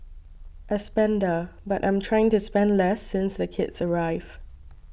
a spender but I'm trying to spend less since the kids arrived